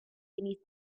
beneath